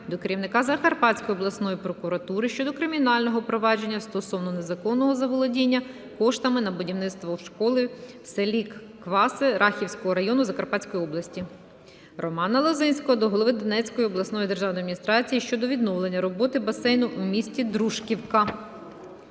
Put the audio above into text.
до керівника Закарпатської обласної прокуратури щодо кримінального провадження стосовно незаконного заволодіння коштами на будівництво школи в селі Кваси Рахівського району Закарпатської області. Романа Лозинського до голови Донецької обласної державної адміністрації щодо відновлення роботи басейну у місті Дружківка.